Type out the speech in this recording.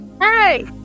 hey